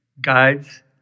guides